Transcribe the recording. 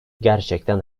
gerçekten